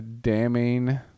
damning